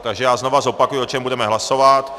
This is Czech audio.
Takže já znovu zopakuji, o čem budeme hlasovat.